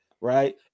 right